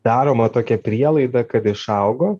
daroma tokia prielaida kad išaugo